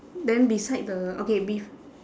then beside the okay bef~